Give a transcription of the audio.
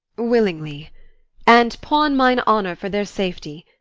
willingly and pawn mine honour for their safety.